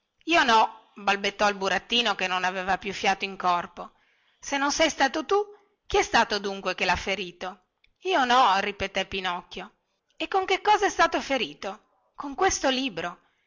io no balbettò il burattino che non aveva più fiato in corpo se non sei stato tu chi è stato dunque che lha ferito io no ripeté pinocchio e con che cosa è stato ferito con questo libro